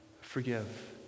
forgive